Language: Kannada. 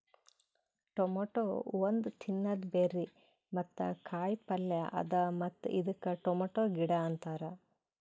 ಟೊಮೇಟೊ ಒಂದ್ ತಿನ್ನದ ಬೆರ್ರಿ ಮತ್ತ ಕಾಯಿ ಪಲ್ಯ ಅದಾ ಮತ್ತ ಇದಕ್ ಟೊಮೇಟೊ ಗಿಡ ಅಂತಾರ್